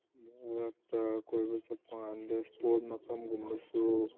ꯃꯔꯛꯇ ꯀꯣꯏꯕ ꯆꯠꯄꯀꯥꯟꯗ ꯏꯁꯄꯣꯠ ꯃꯐꯝꯒꯨꯝꯕꯁꯨ